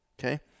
Okay